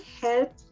help